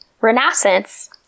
Renaissance